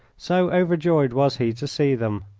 so overjoyed was he to see them.